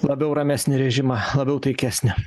labiau ramesnį režimą labiau taikesnį